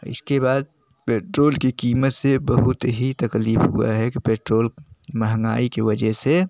इसके बाद पेट्रोल की कीमत से बहुत ही तकलीफ़ हुआ है कि पेट्रोल महँगाई की वजह से